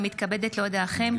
אני מתכבדת להודיעכם,